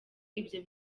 ibyo